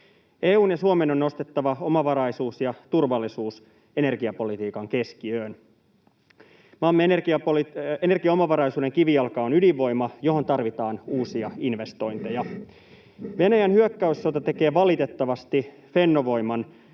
EU:n ja Suomen on nostettava omavaraisuus ja turvallisuus energiapolitiikan keskiöön. Maamme energiaomavaraisuuden kivijalka on ydinvoima, johon tarvitaan uusia investointeja. Venäjän hyökkäyssota tekee valitettavasti Fennovoiman